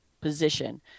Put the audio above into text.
position